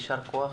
יישר כח,